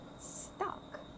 stuck